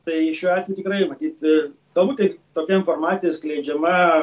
tai šiuo atveju tikrai matyt galbūt tai tokia informacija skleidžiama